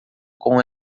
com